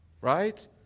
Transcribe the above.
right